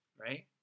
right